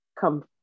come